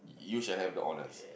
you shall have the honours